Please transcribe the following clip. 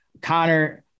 Connor